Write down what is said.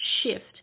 shift